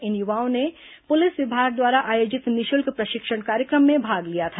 इन युवाओं ने पुलिस विभाग द्वारा आयोजित निःशुल्क प्रशिक्षण कार्यक्रम में भाग लिया था